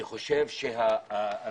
לדעתי,